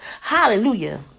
hallelujah